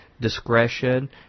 discretion